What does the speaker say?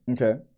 Okay